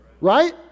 Right